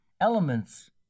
elements